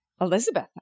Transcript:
Elizabeth